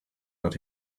that